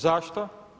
Zašto?